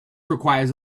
requires